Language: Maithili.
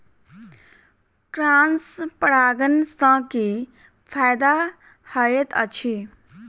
क्रॉस परागण सँ की फायदा हएत अछि?